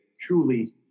truly